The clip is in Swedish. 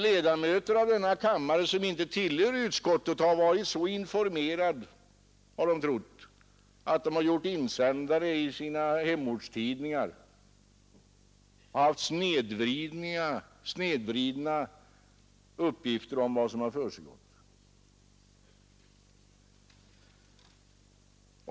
Ledamöter i denna kammare som inte tillhör utskottet har trott sig vara så informerade att de har skrivit insändare i sina hemortstidningar med snedvridna uppgifter om vad som har försiggått i utskottet.